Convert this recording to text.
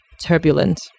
turbulent